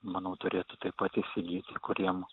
manau turėtų taip pat įsigyti kuriem